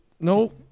No